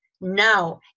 Now